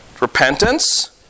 Repentance